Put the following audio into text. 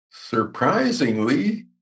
Surprisingly